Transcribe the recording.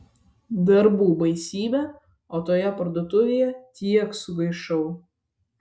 darbų baisybė o toje parduotuvėje tiek sugaišau